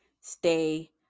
stay